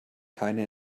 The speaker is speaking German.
keine